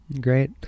Great